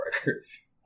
records